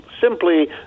simply